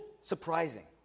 surprising